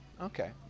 Okay